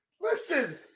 Listen